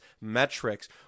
metrics